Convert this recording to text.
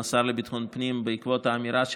השר לביטחון הפנים בעקבות האמירה שלו,